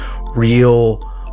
real